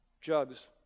jugs